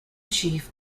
chief